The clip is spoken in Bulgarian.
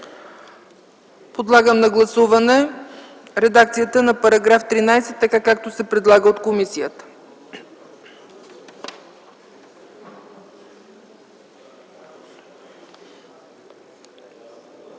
Подлагам на гласуване редакцията на § 13 така, както се предлага от комисията.